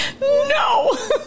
no